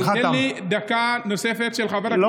אבל תן לי דקה נוספת של חבר הכנסת אזולאי,